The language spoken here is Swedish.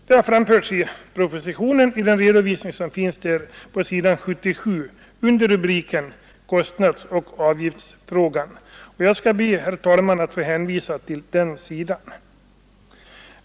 Det har framförts i den redovisning som finns i propositionen på s. 77 under rubriken Kostnadsoch avgiftsfrågan, och jag ber, herr talman, att få hänvisa till detta.